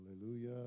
Hallelujah